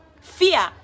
Fear